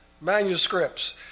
manuscripts